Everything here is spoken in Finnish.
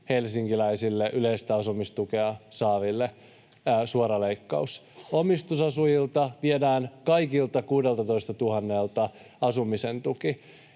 helsinkiläisille yleistä asumistukea saaville suora leikkaus. Omistusasujilta viedään kaikilta 16 000:lta asumisen tuki.